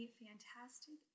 fantastic